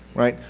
right?